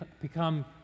become